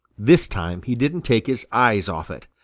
this time he didn't take his eyes off it.